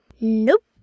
Nope